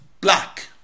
black